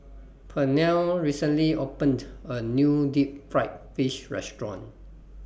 Pernell recently opened A New Deep Fried Fish Restaurant